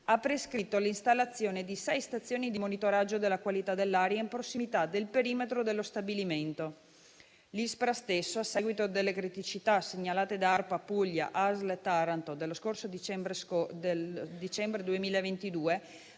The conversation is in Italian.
ha prescritto l'installazione di sei stazioni di monitoraggio della qualità dell'aria in prossimità del perimetro dello stabilimento. L'ISPRA stesso, a seguito delle criticità segnalate da ARPA Puglia e ASL Taranto del dicembre 2022,